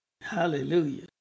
Hallelujah